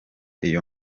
iyo